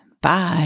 bye